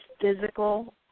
physical